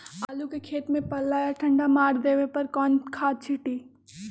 आलू के खेत में पल्ला या ठंडा मार देवे पर कौन खाद छींटी?